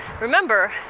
Remember